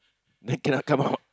then cannot come out